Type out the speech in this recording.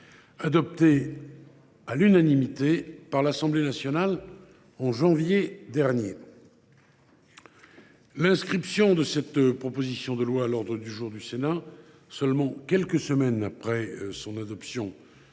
adoptée à l’unanimité par l’Assemblée nationale en janvier dernier. L’inscription de cette proposition de loi à l’ordre du jour du Sénat quelques semaines seulement après son adoption